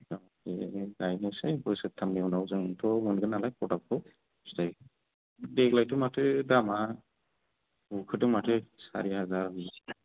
बे गायनोसै बोसोरथामनि उनाव जोंथ' मोनगोन नालाय माबाखौ फिथाइखौ देग्लायथो माथो दामआ दावखोदों माथो सारि हाजार